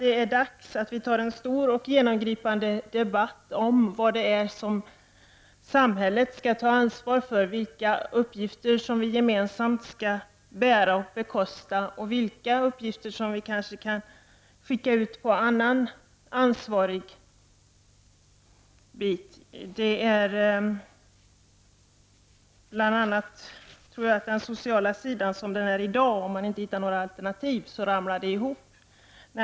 Det är dags att föra en stor och genomgripande debatt om samhällets ansvar, vilka uppgifter som vi gemensamt skall bära och bekosta samt vilka uppgifter som kan överlåtas på andra. Om man inte hittar några alternativ kommer den sociala sidan, som den ser ut i dag, att ramla ihop.